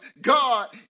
God